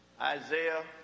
Isaiah